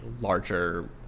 larger